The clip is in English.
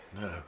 No